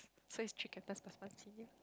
so is three captains plus one senior